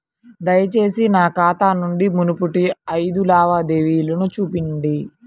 దయచేసి నా ఖాతా నుండి మునుపటి ఐదు లావాదేవీలను చూపండి